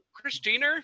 Christina